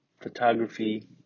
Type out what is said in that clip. Photography